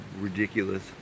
ridiculous